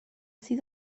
sydd